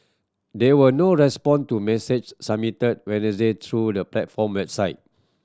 there was no response to a message submitted through the platform website